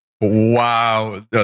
Wow